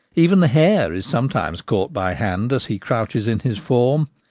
even the hare is sometimes caught by hand as he crouches in his form.